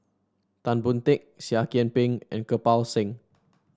Tan Boon Teik Seah Kian Peng and Kirpal Singh